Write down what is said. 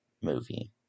movie